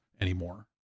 anymore